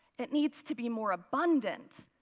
it needs to be more abundant.